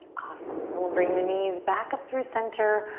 awesome. then we'll bring the knees back up through center,